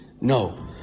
No